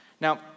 Now